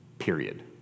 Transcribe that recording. period